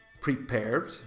prepared